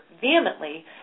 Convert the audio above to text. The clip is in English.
vehemently